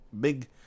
big